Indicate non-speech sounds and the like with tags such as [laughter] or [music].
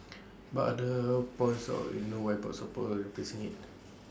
[noise] but others points out there no widespread out support facing IT